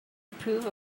approve